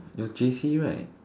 you are J_C right